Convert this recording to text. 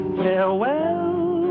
farewell